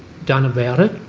done about it.